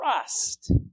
trust